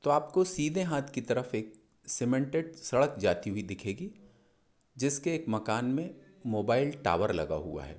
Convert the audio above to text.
तो आपको सीधे हाथ के तरफ़ एक सीमेंटेड सड़क जाती हुई दिखेगी जिसके एक मकान में मोबाइल टावर लगा हुआ है